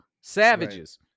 savages